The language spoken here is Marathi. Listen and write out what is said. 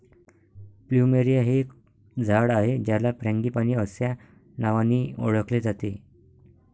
प्लुमेरिया हे एक झाड आहे ज्याला फ्रँगीपानी अस्या नावानी ओळखले जाते